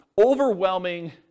overwhelming